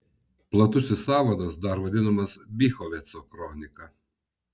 platusis sąvadas dar vadinamas bychoveco kronika